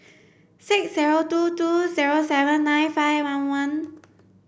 six zero two two zero seven nine five one one